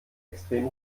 extrem